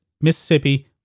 Mississippi